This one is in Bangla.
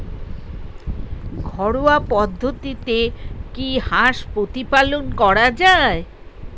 ঘরোয়া পদ্ধতিতে কি হাঁস প্রতিপালন করা যায়?